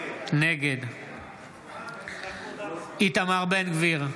נגד איתמר בן גביר,